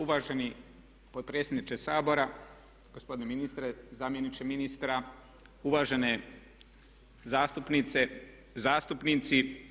Uvaženi potpredsjedniče Sabora, gospodine ministre, zamjeniče ministra, uvažene zastupnice, zastupnici.